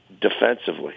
defensively